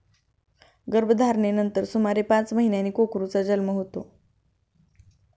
गर्भधारणेनंतर सुमारे पाच महिन्यांनी कोकरूचा जन्म होतो